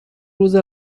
روز